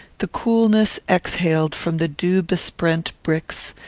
the coolness exhaled from the dew-besprent bricks,